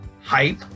hype